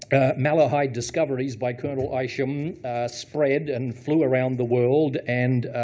malahide discoveries by colonel isham spread and flew around the world, and